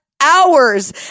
hours